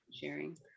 sharing